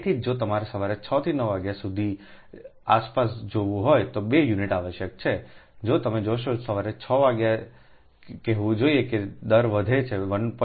તેથી જ જો તમારે સવારે 6 થી 9 વાગ્યાની આસપાસ જોવું હોય તો 2 યુનિટ આવશ્યક છે જો તમે જોશો તો સવારે 6 વાગ્યે કહેવું જોઈએ કે દર વધે છે 1